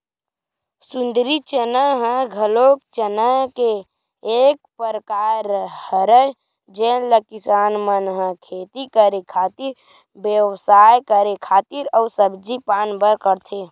सुंदरी चना ह घलो चना के एक परकार हरय जेन ल किसान मन ह खेती करे खातिर, बेवसाय करे खातिर अउ सब्जी पान बर करथे